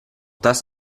das